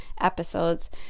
episodes